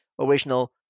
original